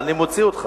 אני מוציא אותך.